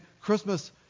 Christmas